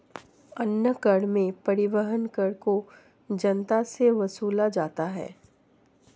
अन्य कर में परिवहन कर को जनता से वसूला जाता है